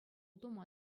тума